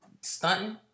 stunting